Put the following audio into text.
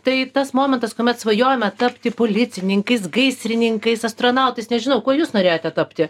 tai tas momentas kuomet svajojome tapti policininkais gaisrininkais astronautais nežinau kuo jūs norėjote tapti